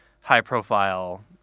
high-profile